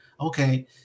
okay